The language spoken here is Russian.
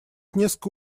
несколько